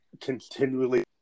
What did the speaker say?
continually